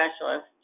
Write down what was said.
specialist